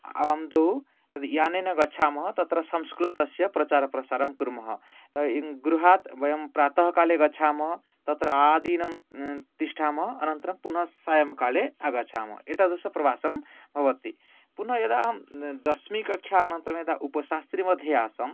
आवां द्वौ यत् यानेन गच्छामः तत्र संस्कृतस्य प्रचारप्रसारं कुर्मः गृहात् वयं प्रातःकाले गच्छामः तत्र आदिनं तिष्ठामः अनन्तरं पुनः सायं काले आगच्छामः एतादृश प्रवासं भवति पुनः यदा अहं दशमीकक्षा अनन्तरं यदा उपशास्त्रीमध्ये आसं